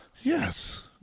Yes